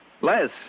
Les